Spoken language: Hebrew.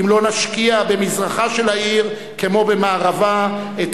אם לא נשקיע במזרחה של העיר כמו במערבה את